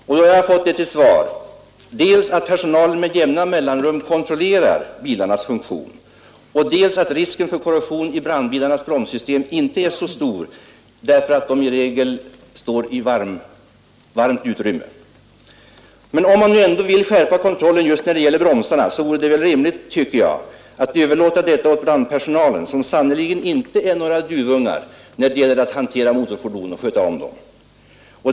Jag har fått till svar dels att personalen med jämna mellanrum kontrollerar bilarnas funktion, dels att risken för korrosion i brandbilarnas bromssystem inte är så stor därför att bilarna i regel står i varmt utrymme. Men om man ändå vill skärpa kontrollen just när det gäller bromsarna vore det rimligt, tycker jag, att överlåta detta åt brandpersonalen, som sannerligen inte är några duvungar när det gäller att hantera och sköta om motorfordon.